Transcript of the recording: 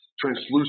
translucent